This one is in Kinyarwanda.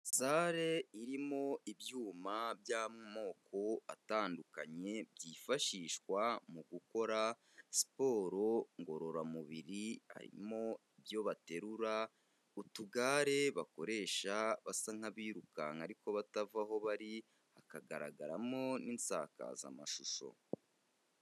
Sale irimo ibyuma by'amoko atandukanye, byifashishwa mu gukora siporo ngororamubiri, harimo ibyo baterura, utugare bakoresha basa nk'abirukanka ariko batava aho bari, hakagaragaramo n'isakazamashusho.